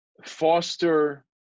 foster